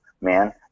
man